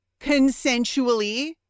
consensually